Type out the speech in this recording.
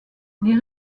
les